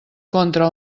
contra